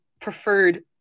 preferred